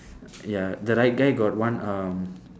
ya the right guy got one uh